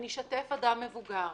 אני אשתף אדם מבוגר,